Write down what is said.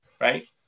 right